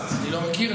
אני לא מכיר.